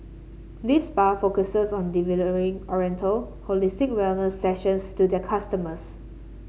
this spa focuses on delivering oriental holistic wellness sessions to their customers